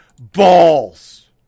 balls